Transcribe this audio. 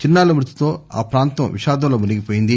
చిన్నారుల మృతితో ఆ ప్రాంతం విషాదం లో మునిగిపోయింది